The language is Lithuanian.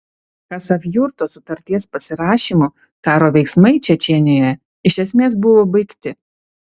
chasavjurto sutarties pasirašymu karo veiksmai čečėnijoje iš esmės buvo baigti